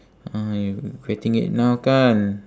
ah you regretting it now kan